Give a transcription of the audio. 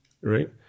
right